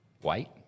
White